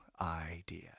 idea